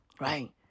Right